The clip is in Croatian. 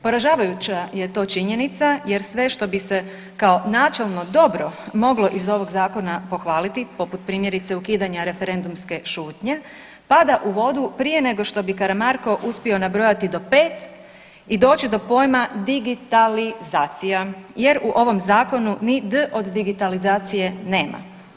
Poražavajuća je to činjenica jer sve što bi se kao načelno dobro moglo iz ovog zakona pohvaliti, poput primjerice ukidanja referendumske šutnje, pada u vodu prije nego što bi Karamarko uspio nabrojati do 5 i doći do pojma digitalizacija jer u ovom zakonu ni D od digitalizacije nema.